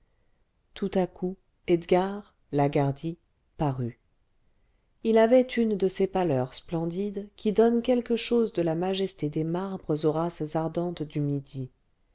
tout à coup edgarlagardy parut il avait une de ces pâleurs splendides qui donnent quelque chose de la majesté des marbres aux races ardentes du midi